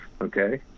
Okay